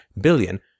billion